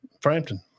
Frampton